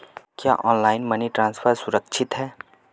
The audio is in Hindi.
क्या ऑनलाइन मनी ट्रांसफर सुरक्षित है?